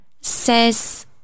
says